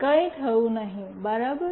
કંઇ થયું નથી બરાબર